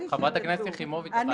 חברת הכנסת יחימוביץ, הוועדה התכנסה בדרך.